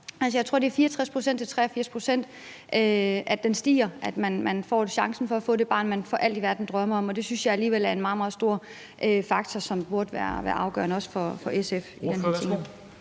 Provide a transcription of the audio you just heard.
Jeg tror, at det er fra 64 pct. til 83 pct., at chancen for at få det barn, man for alt i verden drømmer om, stiger, og det synes jeg alligevel er en meget, meget stor faktor, som burde være afgørende også for SF